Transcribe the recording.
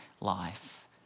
life